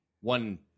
One